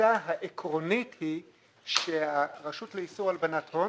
שהתפיסה העקרונית היא שהרשות לאיסור הלבנת הון